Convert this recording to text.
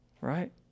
right